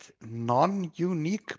non-unique